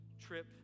trip